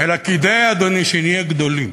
אלא כדי, אדוני, "שנהיה גדולים".